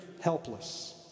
helpless